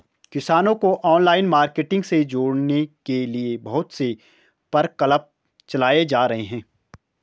किसानों को online marketing से जोड़ने के लिए बहुत से प्रकल्प चलाए जा रहे हैं